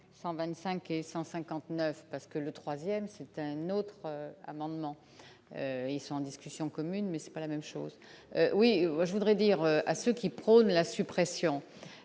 125 et 159 parce que le 3ème, c'est un autre amendement, ils sont en discussion commune mais c'est pas la même chose, oui, oui, je voudrais dire à ceux qui prônent la suppression,